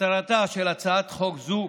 מטרתה של הצעת חוק זו